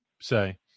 say